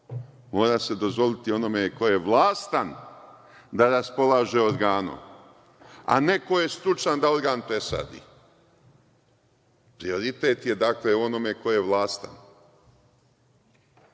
Mora se dozvoliti onome koji je vlastan da raspolaže organom, a ne ko je stručan da organ presadi. Prioritet je dakle onome ko je vlastan,